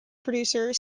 producer